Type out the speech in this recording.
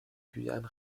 guyane